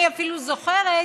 אני אפילו זוכרת